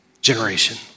generation